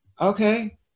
Okay